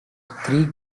three